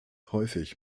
häufig